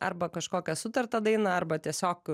arba kažkokią sutartą dainą arba tiesiog